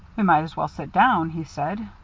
we might as well sit down, he said.